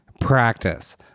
practice